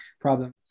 problem